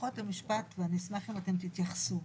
ואני אשמח אם תתייחסו,